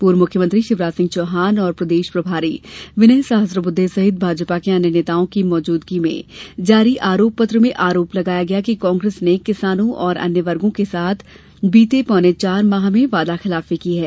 पूर्व मुख्यमंत्री शिवराज सिंह चौहान और प्रदेश प्रभारी विनय सहस्त्रब्रद्वे सहित भाजपा के अन्य नेताओं की मौजूदगी में जारी आरोप पत्र में आरोप लगाया गया है कि कांग्रेस ने किसानों और अन्य वर्गों के साथ बीते पौने चार माह में वादा खिलाफी की है